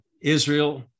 Israel